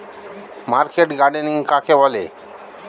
Market gardening কাকে বলে?